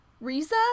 Riza